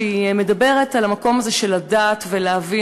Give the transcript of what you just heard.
שהיא מדברת על המקום הזה של לדעת ולהבין